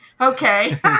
Okay